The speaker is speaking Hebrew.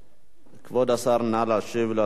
כבוד השר, נא להשיב על ההצעה לסדר-היום.